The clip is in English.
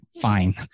fine